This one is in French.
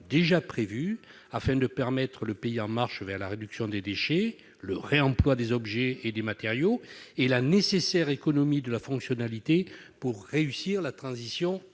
déjà prévus, afin de mettre le pays en marche vers la réduction des déchets, le réemploi des objets et des matériaux et la nécessaire économie de la fonctionnalité, pour réussir la transition